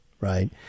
right